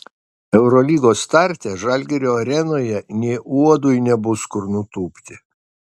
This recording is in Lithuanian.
eurolygos starte žalgirio arenoje nė uodui nebus kur nutūpti